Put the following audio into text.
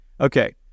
okay